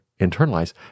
internalize